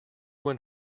when